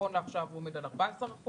שנכון לעכשיו עומד על 14%,